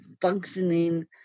functioning